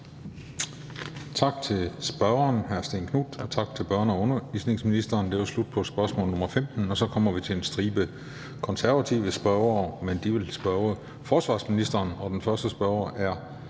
Tak til spørgeren, hr. Stén Knuth, og tak til børne- og undervisningsministeren. Det var slut på spørgsmål nr. 15. Så kommer vi til en stribe konservative spørgere, men de vil spørge forsvarsministeren. Og den første spørger er